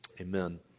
Amen